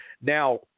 Now